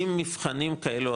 עם מבחנים כאלו,